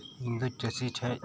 ᱤᱧᱫᱚ ᱪᱟᱹᱥᱤᱴᱷᱮᱱ